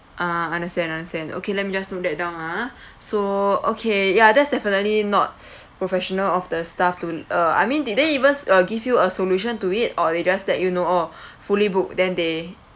ah understand understand okay let me just note that down ah so okay ya that's definitely not professional of the staff to uh I mean did they even s~ uh give you a solution to it or they just let you know oh fully booked then they